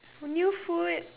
new food